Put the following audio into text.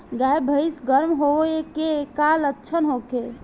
गाय भैंस गर्म होय के लक्षण का होखे?